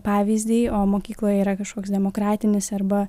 pavyzdį o mokykloje yra kažkoks demokratinis arba